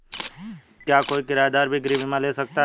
क्या कोई किराएदार भी गृह बीमा ले सकता है?